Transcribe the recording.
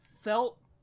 felt